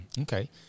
Okay